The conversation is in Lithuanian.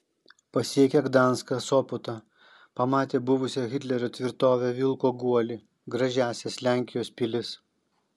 pasiekia gdanską sopotą pamatė buvusią hitlerio tvirtovę vilko guolį gražiąsias lenkijos pilis